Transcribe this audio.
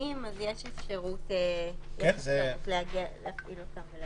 החיוניים אז יש אפשרות להגיע ולהפעיל אותם.